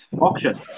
auction